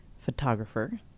photographer